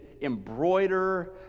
embroider